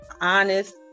honest